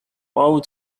outer